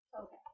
Okay